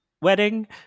wedding